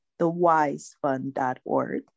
thewisefund.org